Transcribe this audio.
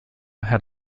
had